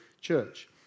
church